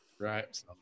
Right